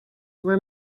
were